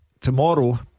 Tomorrow